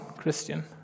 Christian